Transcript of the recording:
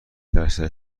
درصد